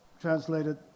translated